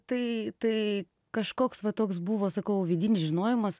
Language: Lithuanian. tai tai kažkoks va toks buvo sakau vidinis žinojimas